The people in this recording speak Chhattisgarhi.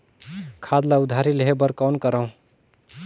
खाद ल उधारी लेहे बर कौन करव?